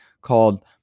called